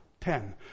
Ten